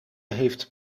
heeft